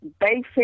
basic